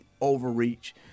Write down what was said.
overreach